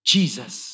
Jesus